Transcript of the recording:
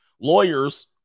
lawyers